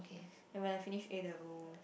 and when I finish A-levels